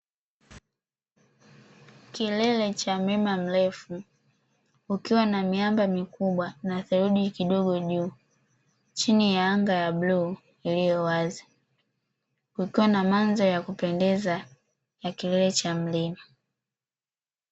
Kilele cha mlima mrefu kukiwa na miamba mikubwa na theluji kidogo juu chini ya anga la bluu lililo wazi, kukiwa na mandhari ya kupendeza ya kilele cha mlima